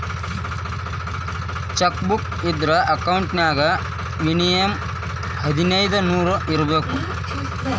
check book ಇದ್ರ account ನ್ಯಾಗ minimum ಹದಿನೈದ್ ನೂರ್ ಇರ್ಬೇಕು